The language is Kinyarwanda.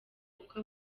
kuko